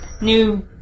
New